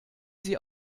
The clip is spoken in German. sie